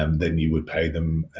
um then you would pay them